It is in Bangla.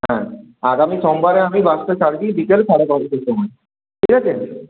হ্যাঁ আগামী সোমবারে আমি বাসটা ছাড়ছি বিকেল সাড়ে পাঁচটার সময় ঠিক আছে